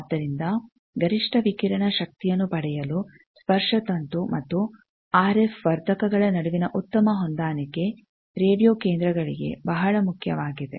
ಆದ್ದರಿಂದ ಗರಿಷ್ಠ ವಿಕಿರಣ ಶಕ್ತಿಯನ್ನು ಪಡೆಯಲು ಸ್ಪರ್ಶತಂತು ಮತ್ತು ಆರ್ ಎಫ್ ವರ್ಧಕಗಳ ನಡುವಿನ ಉತ್ತಮ ಹೊಂದಾಣಿಕೆ ರೇಡಿಯೊ ಕೇಂದ್ರಗಳಿಗೆ ಬಹಳ ಮುಖ್ಯವಾಗಿದೆ